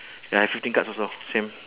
I have fifteen cards also same